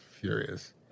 furious